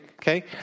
okay